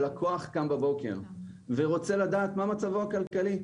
הלקוח קם בבוקר ורוצה לדעת מה מצבו הכלכלי,